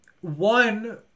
One